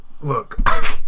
look